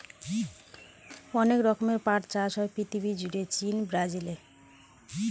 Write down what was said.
অনেক রকমের পাট চাষ হয় পৃথিবী জুড়ে চীন, ব্রাজিলে